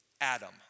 Adam